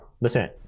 Listen